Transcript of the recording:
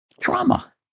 trauma